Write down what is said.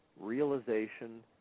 realization